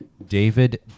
David